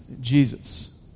Jesus